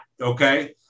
Okay